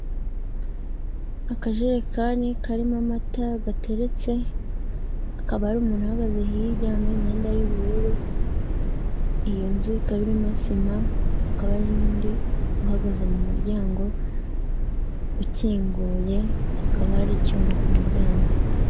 Akajerekani karimo amata gateretse, hakaba hari umuntu uhagaze hirya wambaye imyenda y'ubururu, iyo nzu ikaba irimo sima, hakaba hari n'undi uhagaze mu muryango ukinguye, hakaba hari icyuma ku muryango.